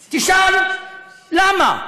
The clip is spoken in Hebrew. תשאל: למה?